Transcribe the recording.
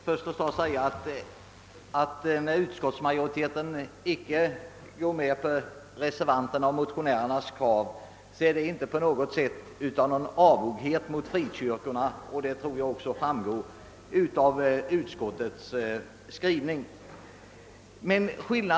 Herr talman! När utskottsmajoriteten inte har gått med på reservanternas och motionärernas krav, har detta inte skett på grund av någon som helst avoghet mot frikyrkorna. Att så är förhållandet tror jag också framgår av utskottets skrivning.